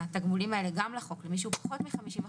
התגמולים הללו גם לחוק למי שדרגת נכותם היא פחות מ-50%,